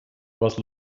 was